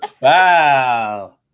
Wow